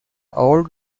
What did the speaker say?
old